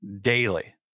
daily